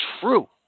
true